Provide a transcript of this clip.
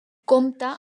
compta